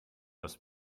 das